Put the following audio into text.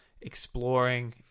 exploring